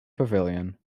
pavilion